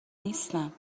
نیستم